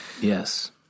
Yes